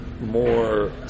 more